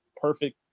perfect